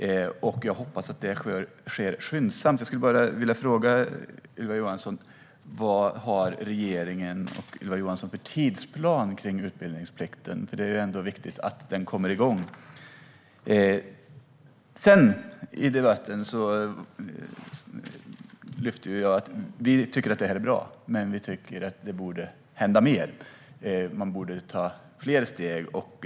Jag hoppas att det sker skyndsamt. Jag skulle bara vilja fråga Ylva Johansson: Vad har regeringen och Ylva Johansson för tidsplan för utbildningsplikten? Det är viktigt att den kommer igång. Jag har i debatten lyft fram att vi tycker att det här är bra men att det borde hända mer. Man borde ta fler steg.